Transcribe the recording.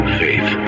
faith